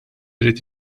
irid